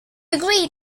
agree